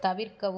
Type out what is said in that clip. தவிர்க்கவும்